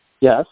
Yes